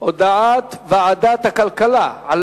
הודעת ועדת הכלכלה על